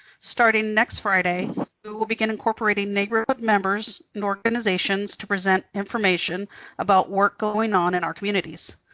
starting next friday, we will begin incorporating neighborhood members and organizations to present information about work going on in our communities.